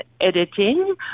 editing